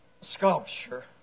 sculpture